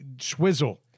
Swizzle